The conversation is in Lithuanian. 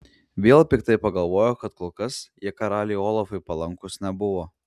vėl piktai pagalvojo kad kol kas jie karaliui olafui palankūs nebuvo